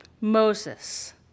Moses